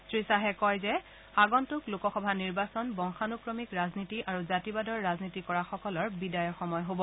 শ্ৰীখাহে কয় যে আগন্তুক লোকসভা নিৰ্বাচন বংশানুক্ৰমিক ৰাজনীতি আৰু জাতিবাদৰ ৰাজনীতি কৰা সকলৰ বিদায়ৰ সময় হ'ব